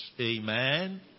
amen